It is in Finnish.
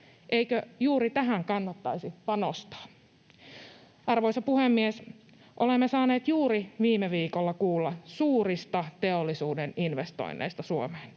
Eikö juuri tähän kannattaisi panostaa? Arvoisa puhemies! Olemme saaneet juuri viime viikolla kuulla suurista teollisuuden investoinneista Suomeen.